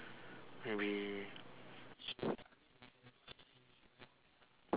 maybe